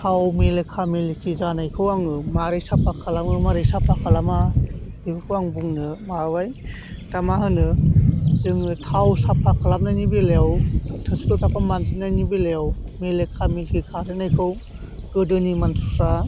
थाव मेलेखा मेलेखि जानायखौ आङो माबोरै साफा खालामो माबोरै साफा खालामा बेफोरखौ आं बुंनो माबाबाय दा मा होनो जोङो थाव साफा खालामनायनि बेलायाव थोरसि लथाखौ मानजिनायनि बेलायाव मेलेखा मेलेखि खारहोनायखौ गोदोनि मानसिफोरा